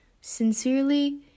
Sincerely